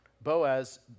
Boaz